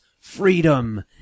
freedom